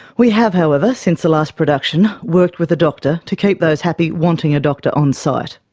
we have, however, since the last production, worked with a doctor to keep those happy wanting a doctor on site.